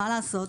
מה לעשות?